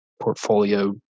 portfolio